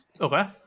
Okay